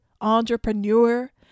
entrepreneur